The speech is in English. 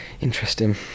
Interesting